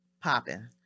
popping